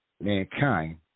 mankind